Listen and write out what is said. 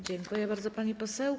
Dziękuję bardzo, pani poseł.